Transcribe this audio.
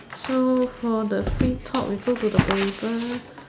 so for the free talk we go to the paper